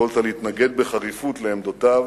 יכולת להתנגד בחריפות לעמדותיו